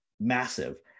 massive